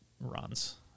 runs